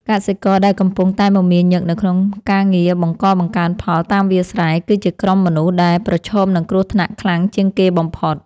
កសិករដែលកំពុងតែមមាញឹកនៅក្នុងការងារបង្កបង្កើនផលតាមវាលស្រែគឺជាក្រុមមនុស្សដែលប្រឈមនឹងគ្រោះថ្នាក់ខ្លាំងជាងគេបំផុត។